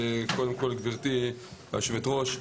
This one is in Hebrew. גברתי יושבת הראש,